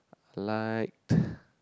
liked